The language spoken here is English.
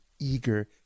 eager